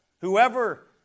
whoever